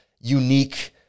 unique